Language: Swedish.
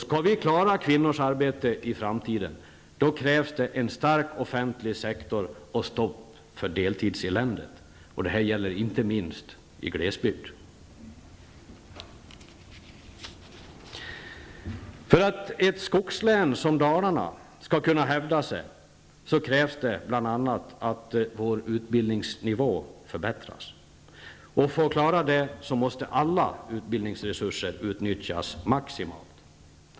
Skall vi klara kvinnors arbete i framtiden, krävs det en stark offentlig sektor och stopp för deltidseländet. Detta gäller inte minst i glesbygd. För att ett skogslän som Dalarna skall kunna hävda sig, krävs det bl.a. att vår utbildningsnivå förbättras. För att klara det måste alla utbildningsresurser utnyttjas maximalt.